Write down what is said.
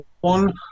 one